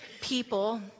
people